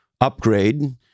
upgrade